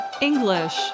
English